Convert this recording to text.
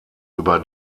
über